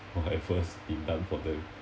for like what's been done for them